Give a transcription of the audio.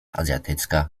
azjatycka